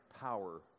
power